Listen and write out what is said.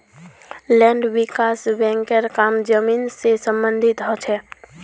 land विकास बैंकेर काम जमीन से सम्बंधित ह छे